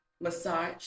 massage